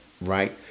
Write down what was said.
right